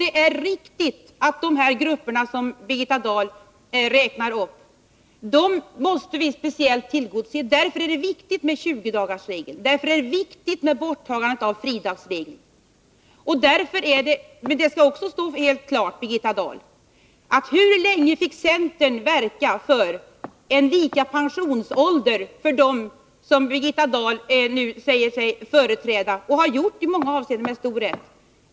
Det är riktigt att vi måste tillgodose speciellt de grupper som Birgitta Dahl räknade upp. Därför är det viktigt med tjugodagarsregeln. Därför är det viktigt med borttagandet av fridagsregeln. Men vi skall ha klart för oss en sak, Birgitta Dahl. Hur länge fick centern verka för en likställd pensionsålder för dem som Birgitta Dahl nu säger sig företräda och har företrätt med stor rätt i många avseenden?